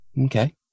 Okay